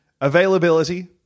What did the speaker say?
availability